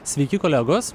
sveiki kolegos